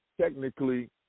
technically